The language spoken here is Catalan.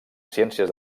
ciències